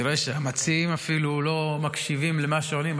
אני רואה שהמציעים אפילו לא מקשיבים למה שעונים,